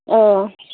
औ